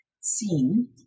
seen